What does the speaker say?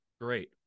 Great